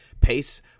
Pace